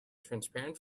transparent